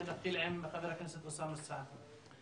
נתחיל עם חבר הכנסת אוסאמה סעדי.